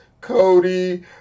Cody